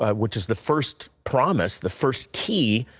but which is the first promise, the first key,